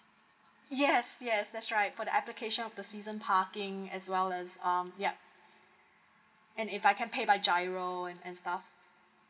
yes yes that's right for the application of the season parking as well as um yup and if I can pay by giro and stuff